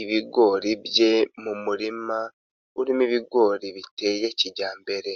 ibigori bye mu murima urimo ibigori biteye kijyambere.